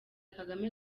kagame